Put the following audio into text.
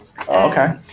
okay